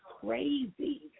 crazy